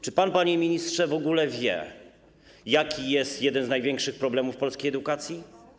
Czy pan, panie ministrze, w ogóle wie, jaki jest jeden z największych problemów polskiej edukacji?